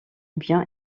bien